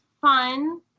fun